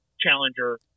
challenger